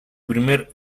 primer